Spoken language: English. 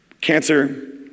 cancer